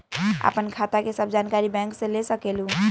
आपन खाता के सब जानकारी बैंक से ले सकेलु?